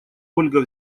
ольга